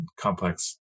complex